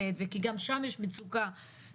כאן אנחנו רוצים לפתח את זה.